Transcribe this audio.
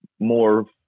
more